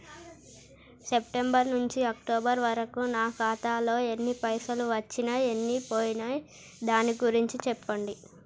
September నుంచి October వరకు నా ఖాతాలో ఎన్ని పైసలు వచ్చినయ్ ఎన్ని పోయినయ్ దాని గురించి చెప్పండి?